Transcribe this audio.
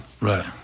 Right